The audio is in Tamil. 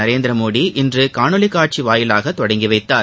நரேந்திரமோடி இன்று ஷாணொலி காட்சி வாயிலாக தொடங்கி வைத்தார்